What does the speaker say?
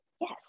Yes